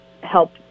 help